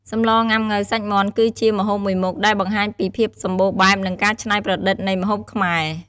សម្លងុាំង៉ូវសាច់មាន់គឺជាម្ហូបមួយមុខដែលបង្ហាញពីភាពសម្បូរបែប និងការច្នៃប្រឌិតនៃម្ហូបខ្មែរ។